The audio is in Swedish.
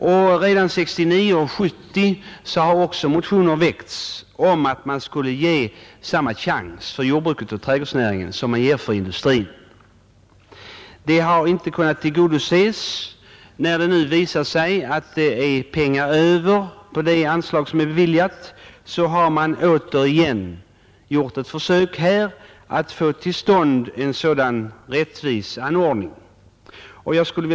Redan 1969 och 1970 har motioner väckts om att man skulle ge samma chans för jordbruket och trädgårdsnäringen som man ger för industrin. Detta önskemål har inte kunnat tillgodoses. När det nu visar sig att det är pengar över på det anslag som är beviljat, har det här återigen gjorts ett försök att få till stånd en sådan rättvis anordning.